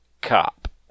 Cop